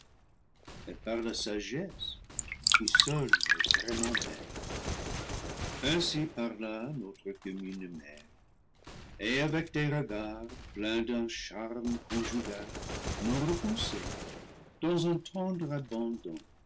et par la sagesse qui seule est vraiment belle ainsi parla notre commune mère et avec des regards pleins d'un charme conjugal non repoussé dans un